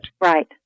Right